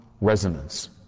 resonance